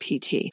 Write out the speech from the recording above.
PT